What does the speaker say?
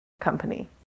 company